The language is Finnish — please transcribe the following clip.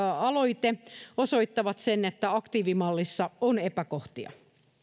aloite osoittavat sen että aktiivimallissa on epäkohtia